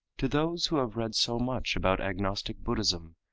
to those who have read so much about agnostic buddhism,